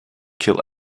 kill